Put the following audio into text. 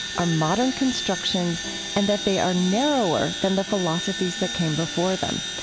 are modern constructions and that they are narrower than the philosophies that came before them.